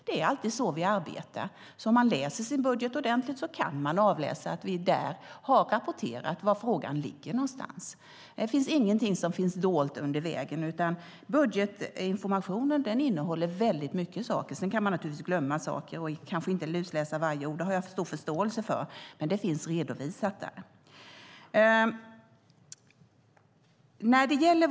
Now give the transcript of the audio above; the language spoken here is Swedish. Det är så vi alltid arbetar. Om man läser budgetpropositionen ordentligt kan man se att vi där har rapporterat var frågan ligger. Det finns ingenting som är dolt under vägen, utan budgetinformationen innehåller väldigt många saker. Sedan kan man naturligtvis glömma saker, och man lusläser kanske inte varje ord. Det har jag stor förståelse för, men det finns redovisat där.